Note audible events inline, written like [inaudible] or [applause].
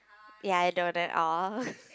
ya I know that all [laughs]